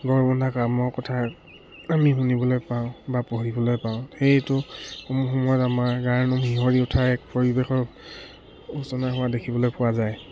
গড় বন্ধা কামৰ কথা আমি শুনিবলৈ পাওঁ বা পঢ়িবলৈ পাওঁ সেইটো কোনো সময়ত আমাৰ গাৰ নোম শিয়ৰি উঠা এক পৰিৱেশৰ সূচনা হোৱা দেখিবলৈ পোৱা যায়